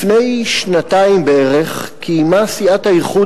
לפני שנתיים בערך קיימה סיעת האיחוד